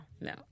no